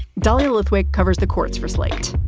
dahlia lithwick covers the courts for slate,